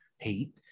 heat